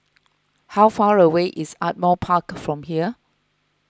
how far away is Ardmore Park from here